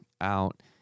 out